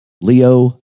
Leo